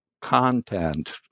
content